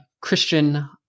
Christian